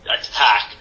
attack